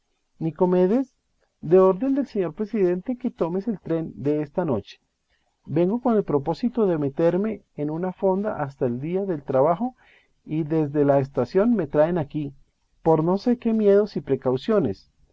nicomedes de orden del señor presidente que tomes el tren de esta noche vengo con el propósito de meterme en una fonda hasta el día del trabajo y desde la estación me traen aquí por no sé qué miedos y precauciones